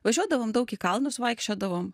važiuodavom daug į kalnus vaikščiodavom